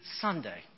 Sunday